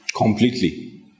Completely